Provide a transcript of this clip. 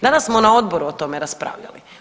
Danas smo na odboru o tome raspravljali.